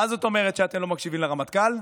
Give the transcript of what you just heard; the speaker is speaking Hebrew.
מה זאת אומרת אתם לא מקשיבים לרמטכ"ל?